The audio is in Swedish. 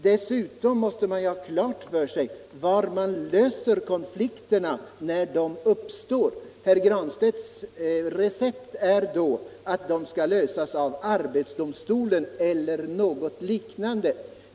Dessutom måste man ha klart för sig hur man löser konflikterna när de uppstår. Herr Granstedts recept är då att de skall lösas av arbetsdomstolen eller något liknande organ.